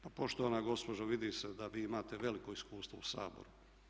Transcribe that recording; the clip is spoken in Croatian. Pa poštovana gospođo vidi se da vi imate veliko iskustvo u Saboru.